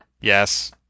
Yes